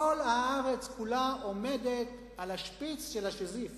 כל הארץ כולה עומדת על השפיץ של השזיף,